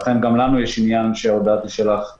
לכן גם לנו יש עניין שההודעה תישלח מהר ככל שניתן.